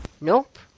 Nope